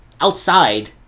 outside